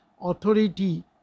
authority